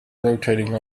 rotating